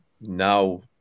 now